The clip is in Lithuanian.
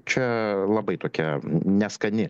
čia labai tokia neskani